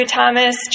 Thomas